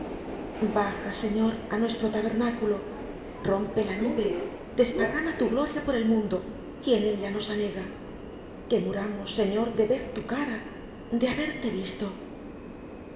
baja señor á nuestro tabernáculo rompe la nube desparrama tu gloria por el mundo y en ella nos anega que muramos señor de ver tu cara de haberte visto